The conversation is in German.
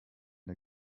der